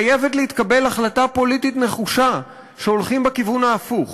חייבת להתקבל החלטה פוליטית נחושה שהולכים בכיוון ההפוך,